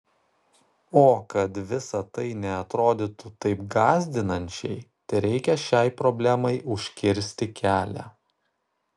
o kad visa tai neatrodytų taip gąsdinančiai tereikia šiai problemai užkirsti kelią